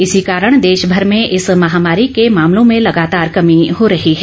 इसी कारण देशमर में इस महामारी के मामलों में लगातार कमी हो रही है